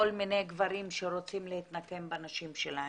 מיני גברים שרוצים להתנקם בנשים שלהם.